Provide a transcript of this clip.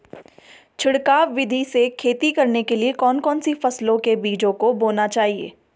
छिड़काव विधि से खेती करने के लिए कौन कौन सी फसलों के बीजों को बोना चाहिए?